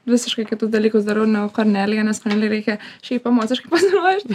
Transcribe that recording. visiškai kitus dalykus darau negu kornelija nes kornelijai reikia šiaip emociškai pasiruošt